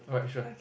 right sure